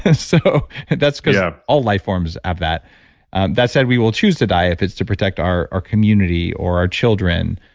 ah so that's because yeah all life forms of that that said, we will choose to die if it's to protect our community community or our children,